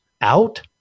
Out